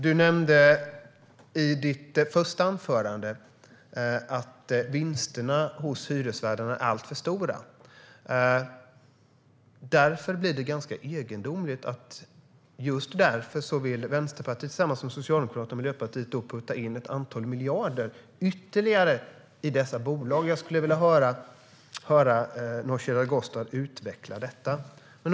Nooshi Dadgostar nämnde i sitt anförande att vinsterna hos hyresvärdarna är alltför stora. Det är ganska egendomligt att Vänsterpartiet tillsammans med Socialdemokraterna och Miljöpartiet just därför vill putta in ett antal miljarder ytterligare i dessa bolag. Jag skulle vilja höra Nooshi Dadgostar utveckla detta.